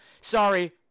Sorry